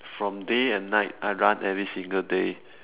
from day and night I run every single day